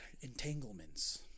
Entanglements